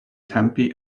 tempe